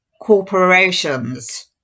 corporations